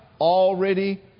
already